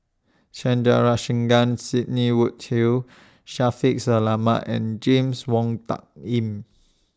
Sandrasegaran Sidney Woodhull Shaffiq Selamat and James Wong Tuck Yim